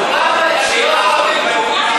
יהודים וערבים מה עושים,